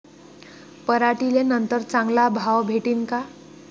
पराटीले नंतर चांगला भाव भेटीन का?